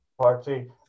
Party